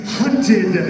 hunted